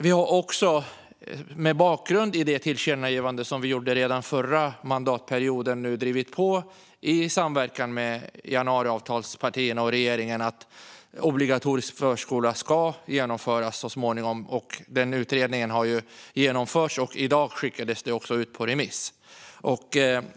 Vi har också mot bakgrund av det tillkännagivande vi gjorde redan förra mandatperioden drivit på i samverkan med januariavtalspartierna och regeringen för att obligatorisk förskola ska genomföras så småningom. Utredningen har genomförts, och i dag skickades den ut på remiss.